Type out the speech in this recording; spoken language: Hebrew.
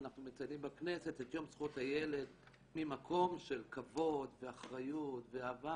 אנחנו מציינים בכנסת את יום זכויות הילד ממקום של כבוד ואחריות ואהבה